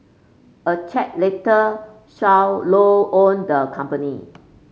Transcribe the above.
a check later showed Low owned the company